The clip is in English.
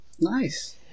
nice